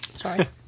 sorry